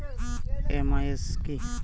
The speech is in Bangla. এম.আই.এস কি?